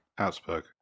Augsburg